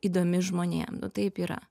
įdomi žmonėm nu taip yra